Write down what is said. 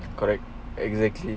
correct exactly